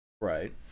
Right